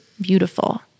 beautiful